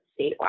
statewide